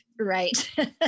Right